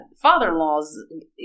father-in-law's